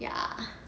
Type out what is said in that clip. ya